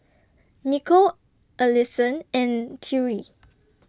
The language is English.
Nicole Alisson and Tyree